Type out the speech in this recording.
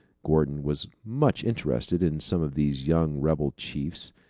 gordon was much interested in some of these young rebel chiefs.